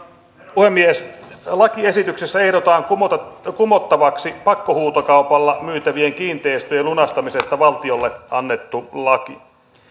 puhemies lakiesityksessä ehdotetaan kumottavaksi pakkohuutokaupalla myytävien kiinteistöjen lunastamisesta valtiolle annettu laki